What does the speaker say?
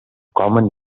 common